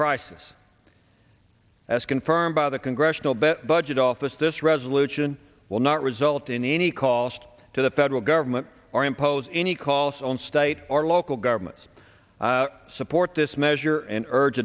crisis as confirmed by the congressional budget office this resolution will not result in any cost to the federal government or impose any calls on state or local governments support this measure and urge